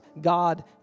God